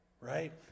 right